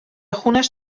خونش